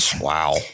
Wow